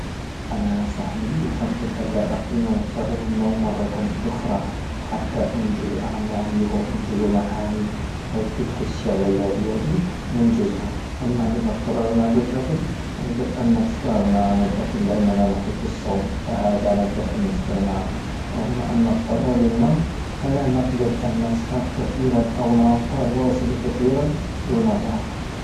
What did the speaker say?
انا يا صاحبي أفضل ألا أكون مصرا للنوم مرة أخرى حتى أنجز أعمالي وأنجز مهامي وتلك الشغلة لا بيدي ننجزها، اما ان اضطررنا للأكل نقدر ان نستغنى عن أكل لاننا نحب الصوم فهذا نقدر ان نستغنى عنه رغم ان تضطر للنوم فلا نقدر ان نسهر كثيرا او نرى التواصل كثيرا دون الراحة.